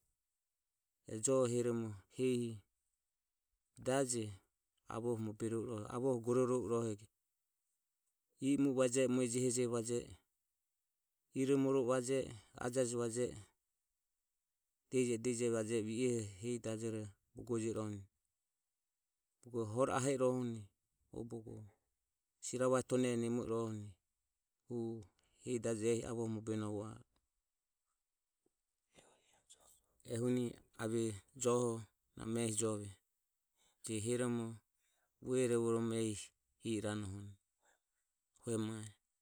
E joho heromo hehi daje avoho moberovo irohe avoho gororovo irohego i o mu e vaje e mue jeho jehe va je e iromorove va je e ajaje va je e diehije diehije e va je e vi ehe vi ehe jeoho o hore ahe e o sirava tone nemo i rohohuni hu hesi dajoho avoho mobe novo a e ehuni ave joho nama ehi jove je heromo vuehorovo romo ehi hi iranoho. Hue mae.